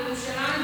בירושלים,